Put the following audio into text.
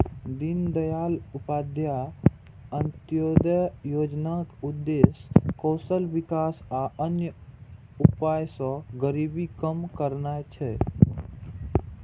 दीनदयाल उपाध्याय अंत्योदय योजनाक उद्देश्य कौशल विकास आ अन्य उपाय सं गरीबी कम करना छै